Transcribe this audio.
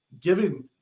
giving